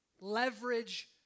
Leverage